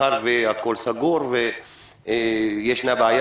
מאחר שהכול סגור וישנה בעיה